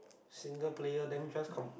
single player then just com~